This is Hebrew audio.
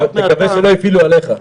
נקווה שלא הפעילו עליך.